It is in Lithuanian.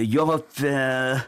jo vat